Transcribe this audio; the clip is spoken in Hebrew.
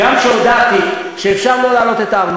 כי צריך בתקופה הזאת להקים ועדת שרים